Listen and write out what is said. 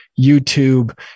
YouTube